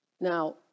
Now